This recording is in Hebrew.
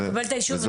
אתה קיבלת אישור,